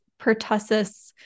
pertussis